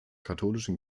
katholischen